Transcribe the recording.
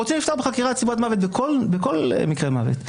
כשרוצים לפתוח בחקירת סיבת מוות בכל מקרה מוות.